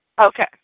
Okay